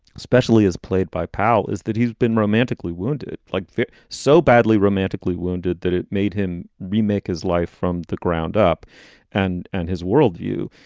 especially as played by powell, is that he's been romantically wounded, like so badly, romantically wounded that it made him remake his life from the ground up and and his world view.